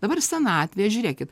dabar senatvėje žiūrėkit